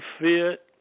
fit